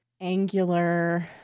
angular